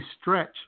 stretch